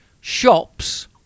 shops